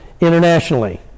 internationally